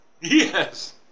Yes